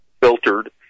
filtered